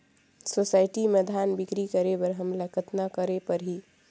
Society म धान बिक्री करे बर हमला कतना करे परही?